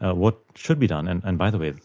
ah what should be done. and, and by the way,